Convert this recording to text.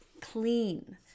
clean